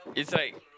it's like